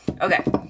Okay